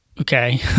okay